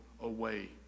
away